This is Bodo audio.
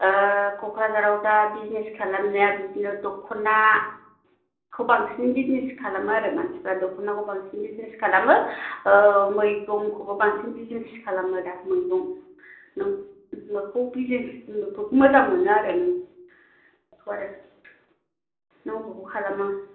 क'क्राझाराव दा बिजिनेस खालामनाया बिदिनो दख'ना खौ बांसिन बिजिनेस खालामो आरो मानसिफ्रा दख'नाखौ बांसिन बिजिने खालामो मैगंखौबो बांसिन बिजिनेस खालामो दा मैगं नों माखौ बिजिनेस माखौ मोजां मोनो आरो नों बेखौ आरो नों बबेखौ खालामो